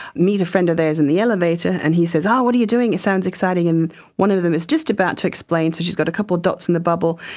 meet a friend of theirs in the elevator and he says, oh, what are you doing? it sounds exciting and one of them is just about to explain, so she's got a couple of dots in the bubble,